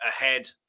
ahead